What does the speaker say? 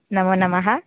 नमो नमः